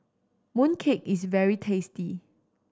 mooncake is very tasty